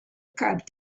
cab